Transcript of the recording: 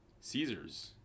Caesar's